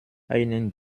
einen